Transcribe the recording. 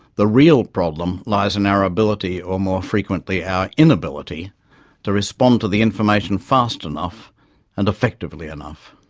the real problem lies in our ability or more frequently, our inability to respond to the information fast enough and effectively enough.